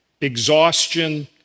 exhaustion